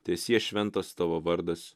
teesie šventas tavo vardas